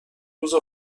روز